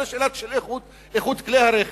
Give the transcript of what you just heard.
גם לשאלה של איכות כלי הרכב,